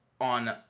on